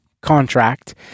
contract